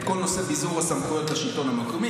כל נושא ביזור הסמכויות לשלטון המקומי.